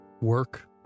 work